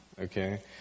okay